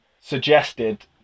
suggested